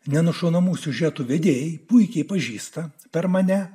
nenušaunamų siužetų vedėjai puikiai pažįsta per mane